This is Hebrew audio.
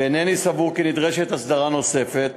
ואינני סבור כי נדרשת הסדרה נוספת